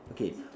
okay